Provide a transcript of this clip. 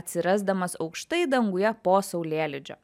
atsirasdamas aukštai danguje po saulėlydžio